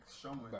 showing